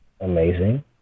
amazing